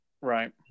Right